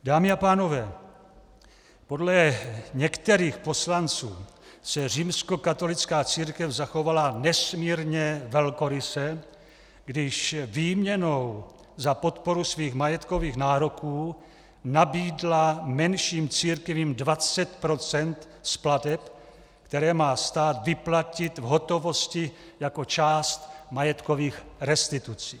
Dámy a pánové, podle některých poslanců se římskokatolická církev zachovala nesmírně velkoryse, když výměnou za podporu svých majetkových nároků nabídla menším církvím 20 % z plateb, které má stát vyplatit v hotovosti jako část majetkových restitucí.